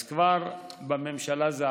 אז זה כבר עלה בממשלה.